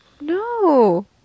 No